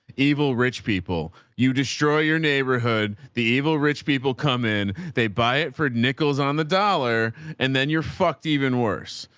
evil, rich people, you destroy your neighbourhood, the evil rich people come in, they buy it for nickels on the dollar and then you're fucked, even worse.